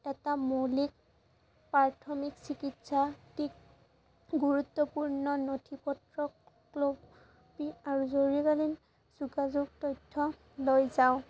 এটা মৌলিক প্ৰাথমিক চিকিৎসা দ্বিক গুৰুত্বপূৰ্ণ নথি পত্ৰ কপি আৰু জৰুৰীকালীন যোগাযোগ তথ্য লৈ যাওঁ